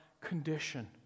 condition